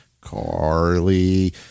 carly